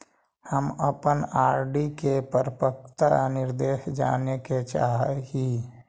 हम अपन आर.डी के परिपक्वता निर्देश जाने के चाह ही